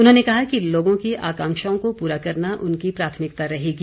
उन्होंने कहा कि लोगों की आकांक्षाओं को पूरा करना उनकी प्राथमिकता रहेगी